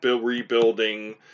rebuilding